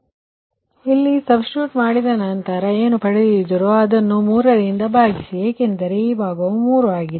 ನೀವು ಇಲ್ಲಿ ಸಬ್ಸ್ಟಿಟ್ಯೂಟ್ ಮಾಡಿದ ನಂತರ ಏನನ್ನು ಪಡೆದಿದ್ದೀರೋ ಅದನ್ನು 3 ರಿಂದ ಭಾಗಿಸಿ ಏಕೆಂದರೆ ಈ ಭಾಗವು 3 ಆಗಿದೆ